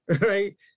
right